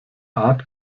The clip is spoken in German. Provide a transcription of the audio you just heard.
art